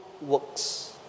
works